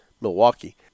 Milwaukee